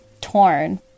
torn